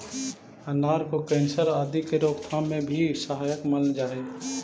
अनार को कैंसर आदि के रोकथाम में भी सहायक मानल जा हई